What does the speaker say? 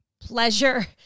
pleasure